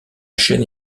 chaîne